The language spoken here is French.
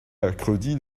mercredi